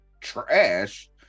trash